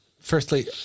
firstly